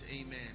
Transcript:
Amen